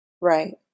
Right